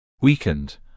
weakened